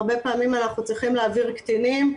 הרבה פעמים אנחנו צריכים להעביר קטינים,